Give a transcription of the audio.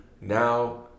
Now